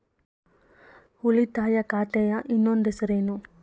ಉಳಿತಾಯ ಖಾತೆಯ ಇನ್ನೊಂದು ಹೆಸರೇನು?